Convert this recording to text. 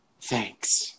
thanks